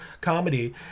comedy